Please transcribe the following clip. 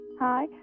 Hi